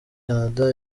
canada